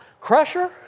Crusher